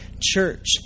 Church